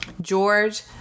George